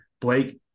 Blake